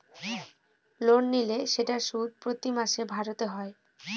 loan নিলে সেটার সুদ প্রতি মাসে ভরতে হয়